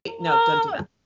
no